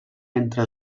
entre